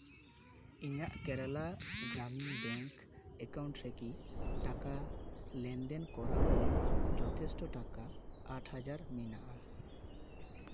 ᱤᱧᱟᱹᱜ Kerala Gramin bank account ᱨᱮᱠᱤ ᱴᱟᱠᱟ ᱞᱮᱱᱫᱮᱱ ᱠᱚᱨᱟᱣ ᱞᱟᱹᱜᱤᱫ ᱡᱚᱛᱷᱮᱥᱴᱚ ᱴᱟᱠᱟ ᱟᱴ ᱦᱟᱡᱟᱨ ᱢᱮᱱᱟᱜᱼᱟ